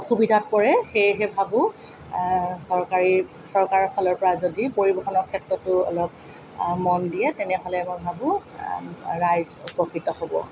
অসুবিধাত পৰে সেয়েহে ভাবো চৰকাৰী চৰকাৰৰ ফালৰ পৰা যদি পৰিবহণৰ ক্ষেত্ৰতো অলপ মন দিয়ে তেনেহ'লে মই ভাবো ৰাইজ উপকৃত হ'ব